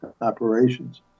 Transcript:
operations